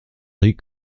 ris